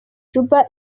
juba